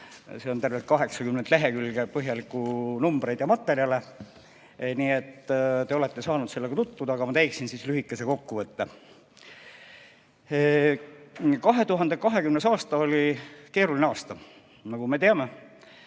See on tervelt 80 lehekülge põhjalikke numbreid ja materjale. Nii et te olete saanud sellega tutvuda, aga ma teeksin lühikese kokkuvõtte.2020. aasta oli keeruline aasta, nagu me teame: